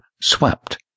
swept